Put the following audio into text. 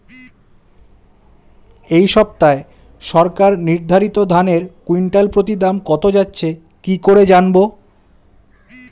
এই সপ্তাহে সরকার নির্ধারিত ধানের কুইন্টাল প্রতি দাম কত যাচ্ছে কি করে জানবো?